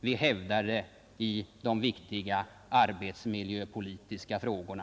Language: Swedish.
Vi hävdar det i de viktiga arbetsmiljöpolitiska frågorna.